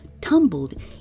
tumbled